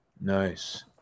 Nice